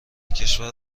کشور